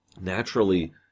naturally